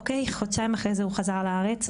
חודשיים אחרי זה הוא חזר לארץ,